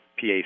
PA